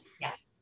Yes